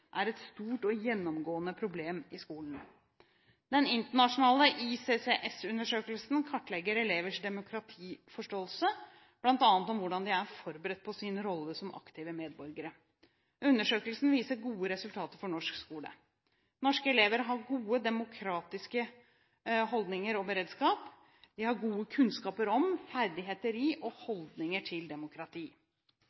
er et stort og gjennomgående problem i skolen. Den internasjonale ICCS-undersøkelsen kartlegger elevers demokratiforståelse, bl.a. om hvordan de er forberedt på sin rolle som aktive medborgere. Undersøkelsen viser gode resultater for norsk skole. Norske elever har god demokratisk beredskap, de har gode kunnskaper om, ferdigheter i og